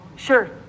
Sure